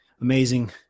amazing